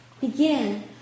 begin